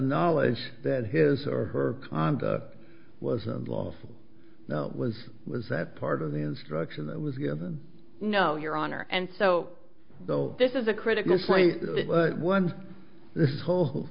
knowledge that his or her conduct was unlawful was was that part of the instruction that was given no your honor and so though this is a critical one this whole